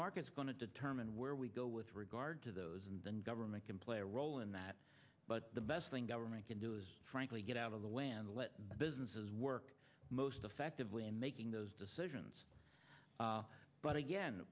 market's going to determine where we with regard to those and then government can play a role in that but the best thing government can do frankly get out of the way business is work most effectively in making those decisions but again